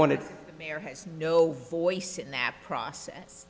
wanted no voice up process